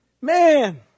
Man